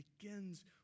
begins